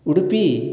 Udupi